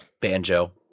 banjo